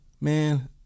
man